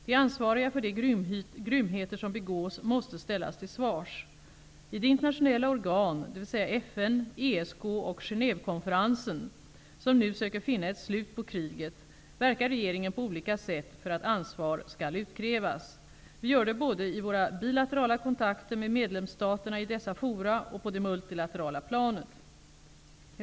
De ansvariga för de grymheter som begås måste ställas till svars. I de internationella organ, dvs FN, ESK och Genèvekonferensen, som nu söker finna ett slut på kriget, verkar regeringen på olika sätt för att ansvar skall utkrävas. Vi gör det både i våra bilaterala kontakter med medlemsstaterna i dessa fora och på det multilaterala planet.